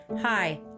Hi